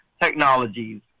Technologies